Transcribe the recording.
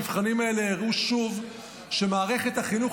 המבחנים האלה הראו שוב שמערכת החינוך